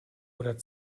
oder